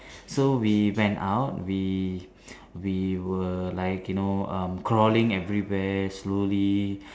so we went out we we were like you know um crawling everywhere slowly